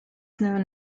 known